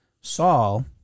Saul